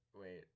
wait